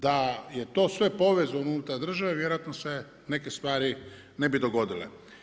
Da je to sve povezano unutar države vjerojatno se neke stvari ne bi dogodile.